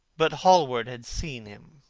but hallward had seen him.